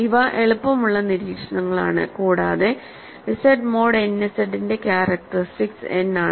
ഇവ എളുപ്പമുള്ള നിരീക്ഷണങ്ങളാണ് കൂടാതെ Z മോഡ് n Z ന്റെ ക്യാരക്ടറിസ്റ്റിക്സ് n ആണ്